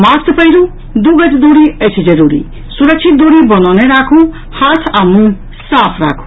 mask पहिरू दू गज दूरी अछि जरूरी सुरक्षित दूरी बनौने राखू हाथ आ मुंह साफ राखू